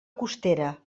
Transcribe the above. costera